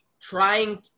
trying –